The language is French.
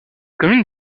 commune